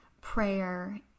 prayer